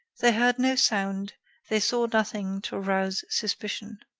they heard no sound they saw nothing to arouse suspicion.